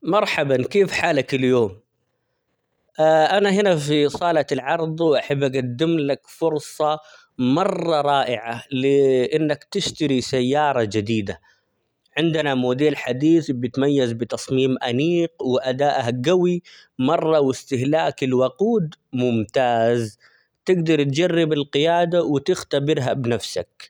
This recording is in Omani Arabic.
مرحبا كيف حالك اليوم؟ أنا هنا في صالة العرض ،وأحب أقدم لك فرصة مرة رائعة ل إنك تشتري سيارة جديدة ،عندنا موديل حديث بيتميز بتصميم أنيق وأدائه قوي مرة ،واستهلاك الوقود ممتاز ،تقدر تجرب القيادة وتختبرها بنفسك.